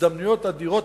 הזדמנויות אדירות,